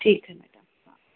ठीक है मैडम